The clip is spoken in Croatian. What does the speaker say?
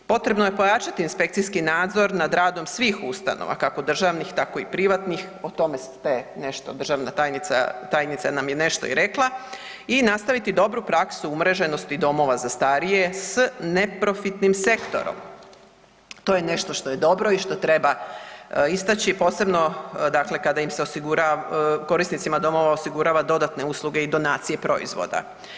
Potrebno je pojačati inspekcijski nadzor nad radom svih ustanova, kako državnih, tako i privatnih, o tome ste nešto državna tajnica, tajnica nam je nešto i rekla, i nastaviti dobru praksu umreženosti domova za starije s neprofitnim sektorom, to je nešto što je dobro i što treba istaći, posebno dakle kada im se osigura, korisnicima domova osigurava dodatne usluge i donacije proizvoda.